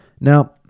Now